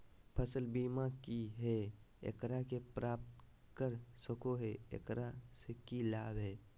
फसल बीमा की है, एकरा के प्राप्त कर सको है, एकरा से की लाभ है?